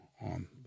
on